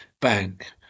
Bank